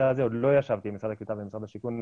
זה עוד לא ישבתי עם משרד הקליטה ועם משרד השיכון.